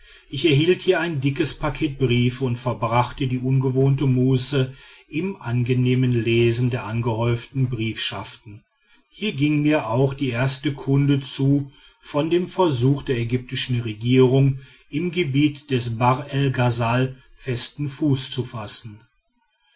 ich erhielt hier ein dickes paket briefe und verbrachte die ungewohnte muße im angenehmen lesen der angehäuften briefschaften hier ging mir auch die erste kunde zu von dem versuch der ägypischen regierung im gebiet des bahr el ghasal festen fuß zu fassen